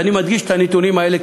ואני מדגיש את הנתונים האלה,